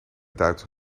duitse